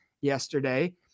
yesterday